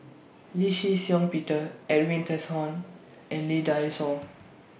Lee Shih Shiong Peter Edwin Tessensohn and Lee Dai Soh